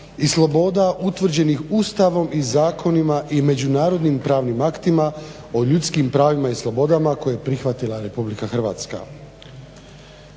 i sloboda utvrđenih Ustavom i zakonima i međunarodnim pravnim aktima o ljudskim pravima i slobodama koje je prihvatila RH. Danas